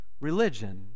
religion